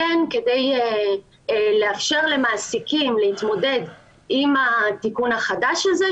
כדי לאפשר למעסיקים להתמודד עם התיקון החדש הזה,